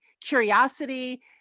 curiosity